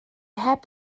heb